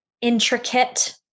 intricate